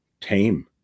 tame